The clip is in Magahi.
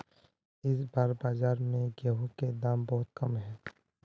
इस बार बाजार में गेंहू के दाम बहुत कम है?